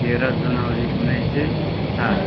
तेह्र जनवरी उन्नाइस सय सात